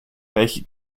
welche